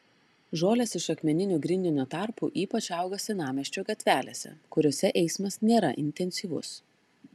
žolės iš akmeninio grindinio tarpų ypač auga senamiesčio gatvelėse kuriose eismas nėra intensyvus